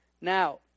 Now